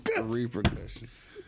Repercussions